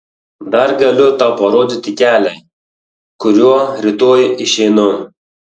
dar galiu tau parodyti kelią kuriuo rytoj išeinu